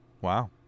Wow